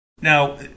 now